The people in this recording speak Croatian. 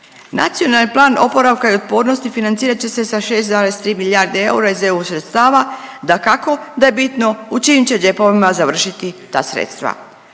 Nacionalni plan oporavka i otpornosti financirat će se sa 6,3 milijardi eura iz EU sredstava dakako da je bitno u čijim će džepovima završiti ta sredstava.